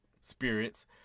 spirits